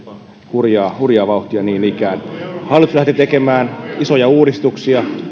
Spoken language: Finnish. hurjaa hurjaa vauhtia niin ikään hallitus lähti tekemään isoja uudistuksia